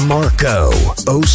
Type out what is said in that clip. Marco